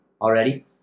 already